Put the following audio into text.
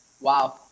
Wow